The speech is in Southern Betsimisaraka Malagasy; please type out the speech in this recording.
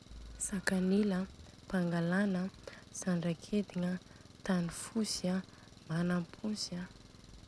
Sakanila an, mpangalana an, sandraketigna an, tanifotsy an, manampontsy.